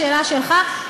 לשאלה שלך,